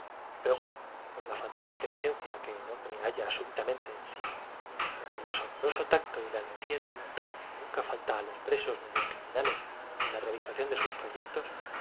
luego con la fatal inteligencia que el hombre halla súbita se realzó altiva y fortalecida por aquella lucha en un impulso de éxta mente en sí con el asombroso tacto y la energía de voluntad que nunca sis y de ventura dejóse caer de rodillas y dió gracias a dios dichoso falta a los presos ni a los criminales en la realización de sus proyectos